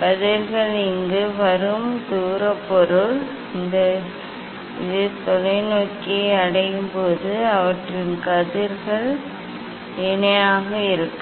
கதிர்கள் இங்கு வரும் தூரப் பொருள் இது தொலைநோக்கியை அடையும் போது அவற்றின் கதிர்கள் இணையாக இருக்கும்